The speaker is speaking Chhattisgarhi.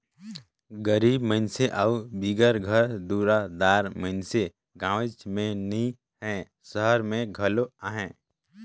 गरीब मइनसे अउ बिगर घर दुरा दार मइनसे गाँवेच में नी हें, सहर में घलो अहें